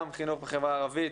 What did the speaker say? גם חינוך בחברה הערבית,